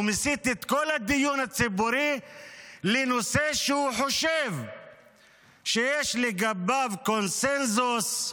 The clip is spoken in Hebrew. הוא מסיט את כל הדיון הציבורי לנושא שהוא חושב שלגביו יש קונסנזוס,